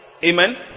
Amen